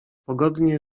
pogodnie